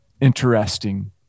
interesting